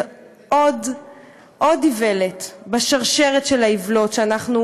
זאת עוד איוולת בשרשרת של האיוולות שאנחנו